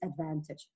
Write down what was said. advantage